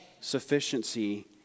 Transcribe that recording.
sufficiency